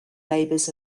labors